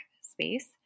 space